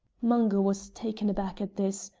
mungo was taken aback at this,